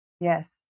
Yes